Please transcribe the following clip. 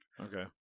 okay